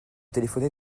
téléphoner